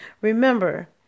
Remember